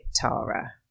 Tara